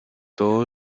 todo